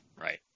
Right